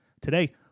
Today